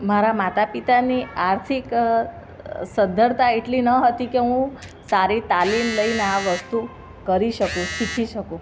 મારા માતા પિતાની આર્થિક સદ્ધરતા એટલી ન હતી કે હું સારી તાલીમ લઈને આ વસ્તુ કરી શકું શીખી શકું